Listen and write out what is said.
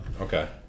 Okay